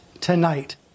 tonight